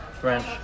French